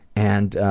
and